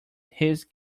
his